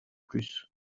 plus